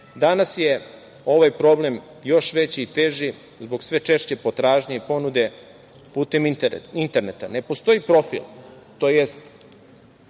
je ovaj problem još veći i teži zbog sve češće potražnje i ponude putem interneta. Ne postoji profil, tj.